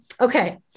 okay